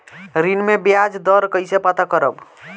ऋण में बयाज दर कईसे पता करब?